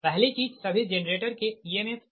पहली चीज सभी जेनरेटर के emf 1∠0pu है